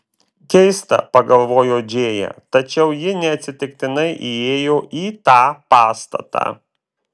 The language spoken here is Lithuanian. keista pagalvojo džėja tačiau ji neatsitiktinai įėjo į tą pastatą